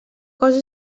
cosa